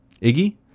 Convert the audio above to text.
Iggy